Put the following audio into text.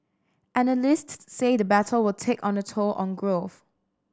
analysts say the battle will take on the toll on growth